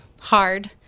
hard